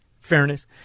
Fairness